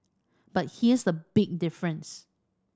but here's the big difference